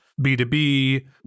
B2B